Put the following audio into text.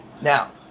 Now